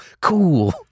cool